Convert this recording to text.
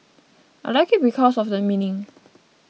I like it because of the meaning